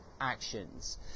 actions